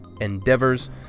endeavors